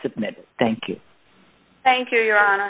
submit thank you thank you your hon